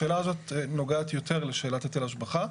השאלה הזאת נוגעת יותר לשאלת היטל השבחה,